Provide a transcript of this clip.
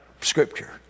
scripture